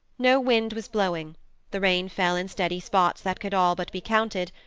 no wind was blowing the rain fell in steady spots that could all but be counted,